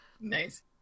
Nice